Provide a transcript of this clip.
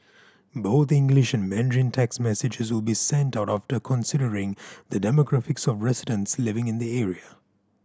both English and Mandarin text messages will be sent out after considering the demographics of residents living in the area